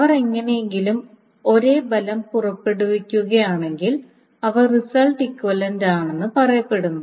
അവർ എങ്ങനെയെങ്കിലും ഒരേ ഫലം പുറപ്പെടുവിക്കുകയാണെങ്കിൽ അവ റിസൾട്ട് ഇക്വിവലൻറ്റ് ആണെന്ന് പറയപ്പെടുന്നു